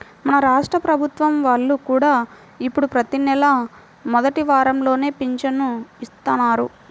మన రాష్ట్ర ప్రభుత్వం వాళ్ళు కూడా ఇప్పుడు ప్రతి నెలా మొదటి వారంలోనే పింఛను ఇత్తన్నారు